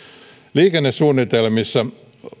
liikennesuunnitelmissa